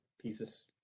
pieces